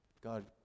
God